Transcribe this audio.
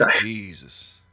jesus